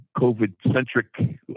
COVID-centric